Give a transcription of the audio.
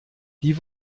die